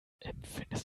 empfindest